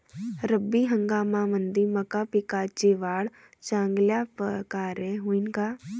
रब्बी हंगामामंदी मका पिकाची वाढ चांगल्या परकारे होईन का?